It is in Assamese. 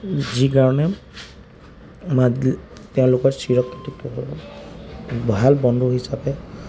যি কাৰণে মাত তেওঁলোকৰ চিৰ কীৰ্তিত্ব ভাল বন্ধু হিচাপে